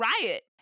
riot